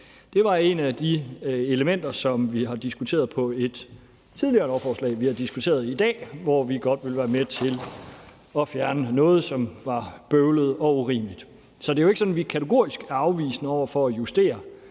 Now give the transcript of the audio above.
Det var et af de elementer, som vi har diskuteret på et tidligere lovforslag, vi har diskuteret i dag, hvor vi godt ville være med til at fjerne noget, som var bøvlet og urimeligt. Så det er jo ikke sådan, at vi kategorisk er afvisende over for at justere